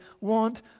want